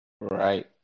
Right